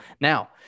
Now